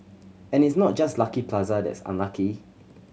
and it's not just Lucky Plaza that's unlucky